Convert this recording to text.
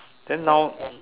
then now